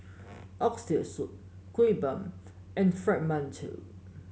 Oxtail Soup Kuih Bom and Fried Mantou